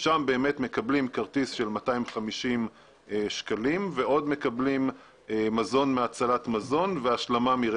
שם באמת מקבלים כרטיס של 250 שקלים ועוד מקבלים מזון מהצלת מזון והשלמה.